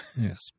Yes